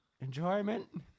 Enjoyment